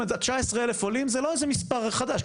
19,000 עולים זה לא מספר חדש.